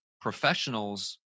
professionals